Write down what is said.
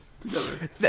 Together